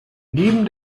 neben